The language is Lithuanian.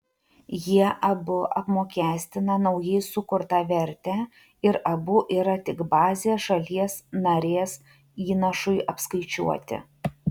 jie abu apmokestina naujai sukurtą vertę ir abu yra tik bazė šalies narės įnašui apskaičiuoti